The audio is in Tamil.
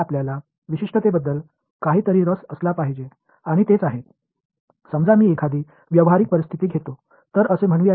நான் ஒரு நடைமுறை சூழ்நிலையை எடுத்துக்கொள்கிறேன் என்று வைத்துக்கொள்வோம் ஒரு ஆண்டெனா இந்த அறையில் பொருத்தப்பட்டிருக்கிறது அதனுடைய